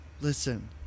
listen